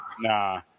Nah